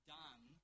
done